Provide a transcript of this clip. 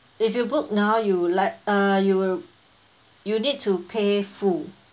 if you book now you like uh you will you need to pay full